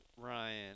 Ryan